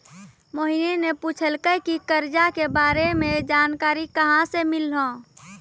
मोहिनी ने पूछलकै की करजा के बारे मे जानकारी कहाँ से मिल्हौं